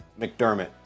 McDermott